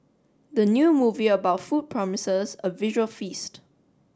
the new movie about food promises a visual feast